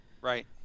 Right